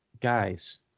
guys